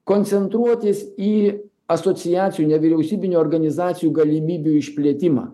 koncentruotis į asociacijų nevyriausybinių organizacijų galimybių išplėtimą